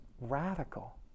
radical